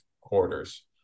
quarters